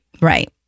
Right